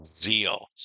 zeal